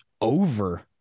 over